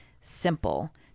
simple